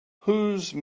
whose